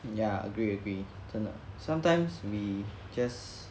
ya agree agree 真的 sometimes we just